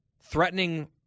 threatening